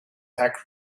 detect